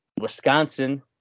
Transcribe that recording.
Wisconsin